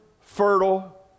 fertile